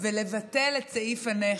ולבטל את סעיף הנכד.